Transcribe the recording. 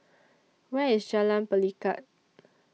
Where IS Jalan Pelikat